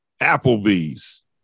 Applebee's